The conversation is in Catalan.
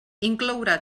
inclourà